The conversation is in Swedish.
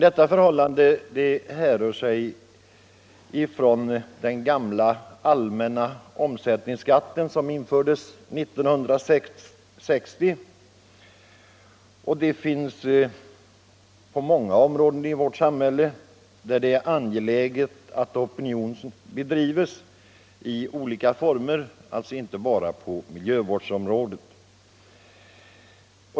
Detta undantag går tillbaka till den gamla omsättningsskatten som infördes år 1960. Det är på många av samhällets områden — inte bara på miljövårdens —- angeläget att opinionsbildande verksamhet bedrivs.